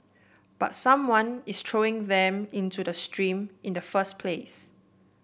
but someone is throwing them into the stream in the first place